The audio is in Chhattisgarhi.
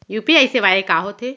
यू.पी.आई सेवाएं का होथे?